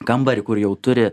kambarį kur jau turi